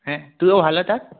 হ্যাঁ তুইও ভালো থাক